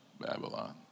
Babylon